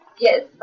Yes